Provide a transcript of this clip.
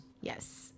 Yes